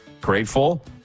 grateful